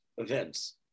events